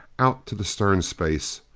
out to the stern space,